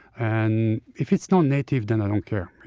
and if it's non-native, then i don't care.